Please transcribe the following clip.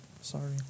sorry